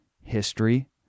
history